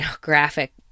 graphic